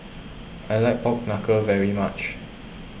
I like Pork Knuckle very much